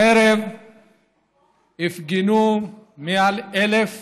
הערב הפגינו יותר מ-1,000